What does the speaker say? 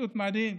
פשוט מדהים,